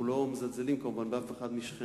אנחנו לא מזלזלים, כמובן, באף אחד משכנינו.